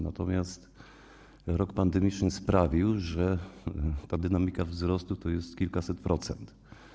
Natomiast rok pandemiczny sprawił, że ta dynamika wzrostu to jest kilkaset procent.